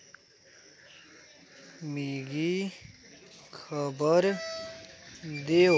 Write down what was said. मिगी खबर देओ